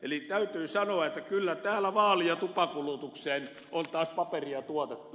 eli täytyy sanoa että kyllä täällä vaali ja tupakulutukseen on taas paperia tuotettu